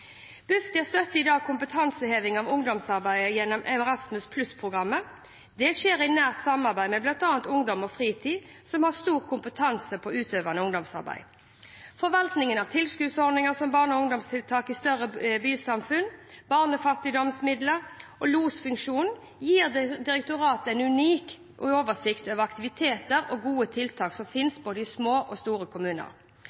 Bufdir støtter i dag kompetanseheving av ungdomsarbeidet gjennom Erasmus+-programmet. Det skjer i nært samarbeid med bl.a. Ungdom og Fritid, som har stor kompetanse på utøvende ungdomsarbeid. Forvaltningen av tilskuddsordninger som Barne- og ungdomstiltak i større bysamfunn, barnefattigdomsmidlene og losfunksjonen gir direktoratet en unik oversikt over aktiviteter og gode tiltak som